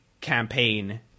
campaign